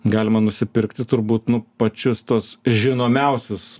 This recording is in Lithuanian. galima nusipirkti turbūt nu pačius tuos žinomiausius